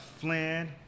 flynn